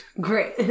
Great